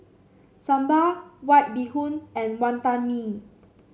sambal White Bee Hoon and Wonton Mee